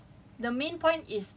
ya but the thing is it's like